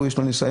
יש לנו ניסיון.